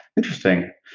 interesting,